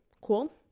cool